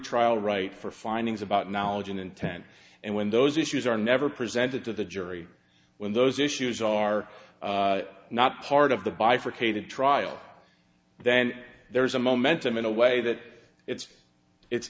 trial right for findings about knowledge and intent and when those issues are never presented to the jury when those issues are not part of the bifurcated trial then there is a momentum in a way that it's it's